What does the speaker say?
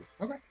Okay